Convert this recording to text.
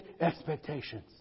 expectations